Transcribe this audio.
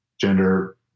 gender